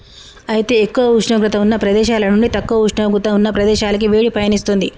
అయితే ఎక్కువ ఉష్ణోగ్రత ఉన్న ప్రదేశాల నుండి తక్కువ ఉష్ణోగ్రత ఉన్న ప్రదేశాలకి వేడి పయనిస్తుంది